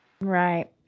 Right